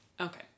Okay